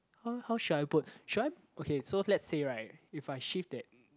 how how should I put should I okay so let's say right if I shift that